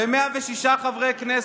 ב-106 חברי כנסת,